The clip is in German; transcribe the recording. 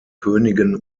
königen